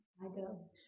Ido